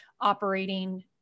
operating